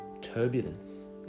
turbulence